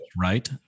right